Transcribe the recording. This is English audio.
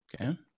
Okay